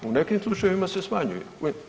U nekim slučajevima se smanjuje